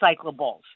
recyclables